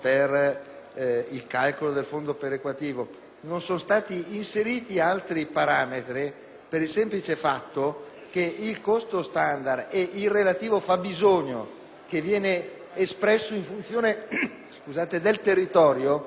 il costo standard e il relativo fabbisogno che viene espresso in funzione del territorio, se dovessimo inserire i parametri indicati dal senatore Astore, dovremmo tenere conto